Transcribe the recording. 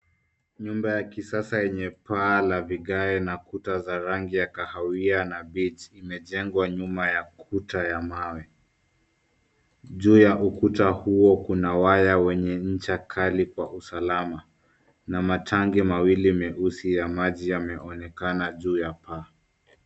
Nyumba ya kisasa yenye paa la vigae na kuta za rangi ya kahawia na viti imejengwa nyuma ya kuta ya mawe. Juu ya ukuta huo kuna waya wenye ncha kali kwa usalama na matangi mawili meusi ya maji yameonekana juu ya paa.